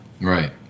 Right